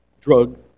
drug